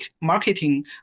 marketing